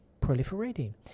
proliferating